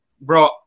Bro